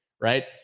Right